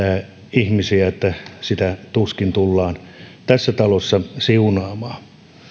ihmisiä että sitä tuskin tullaan tässä talossa siunaamaan